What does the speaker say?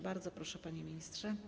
Bardzo proszę, panie ministrze.